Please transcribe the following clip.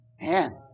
Man